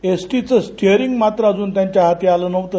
S टीचं steering मात्र अजून त्यांच्या हाती आलं नव्हतं